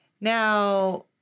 Now